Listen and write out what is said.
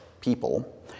people